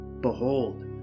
behold